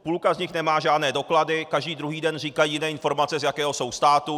Půlka z nich nemá žádné doklady, každý druhý den říkají jiné informace, z jakého jsou státu.